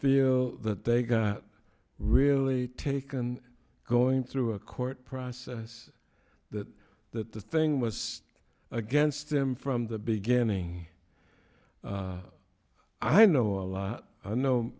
feel that they got really taken going through a court process that that the thing was against them from the beginning i know a lot i know